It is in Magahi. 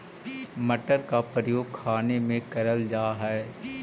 मटर का प्रयोग खाने में करल जा हई